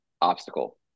obstacle